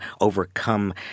overcome